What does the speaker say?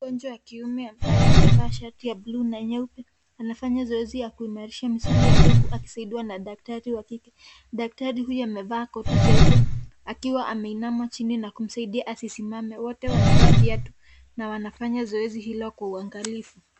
Mgonjwa wa kiume ambaye amevaa shati ya bluu na nyeupe anafanya zoezi ya kuimarisha misuli yake huku akisaidiwa na daktari wa kike. Daktari huyu amevaa koti jeupe akiwa ameinama chini na kumsaidia aisimame ,wote wamevaa viatu na wanafanya zoezi hilo kwa uangalifu.